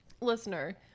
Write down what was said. listener